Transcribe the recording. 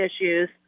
issues